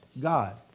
God